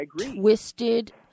twisted